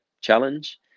Challenge